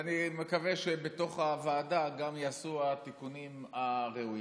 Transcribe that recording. ואני מקווה שבתוך הוועדה גם ייעשו התיקונים הראויים.